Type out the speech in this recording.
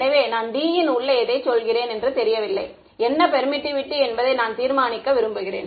எனவே நான் D ன் உள்ளே எதை சொல்கிறேன் என்று தெரியவில்லை என்ன பெர்மிட்டிவிட்டி என்பதை நான் தீர்மானிக்க விரும்புகிறேன்